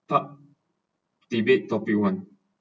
part debate topic one